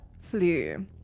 flu